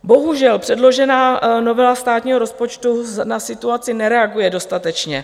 Bohužel, předložená novela státního rozpočtu na situaci nereaguje dostatečně.